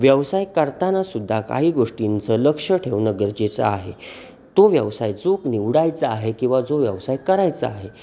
व्यवसाय करतानासुद्दा काही गोष्टींचं लक्ष ठेवणं गरजेचं आहे तो व्यवसाय जो निवडायचा आहे किंवा जो व्यवसाय करायचा आहे